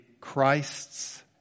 Christ's